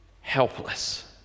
helpless